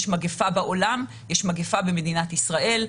יש מגיפה בעולם, יש מגיפה במדינת ישראל.